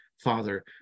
Father